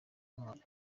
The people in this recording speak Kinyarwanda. intwari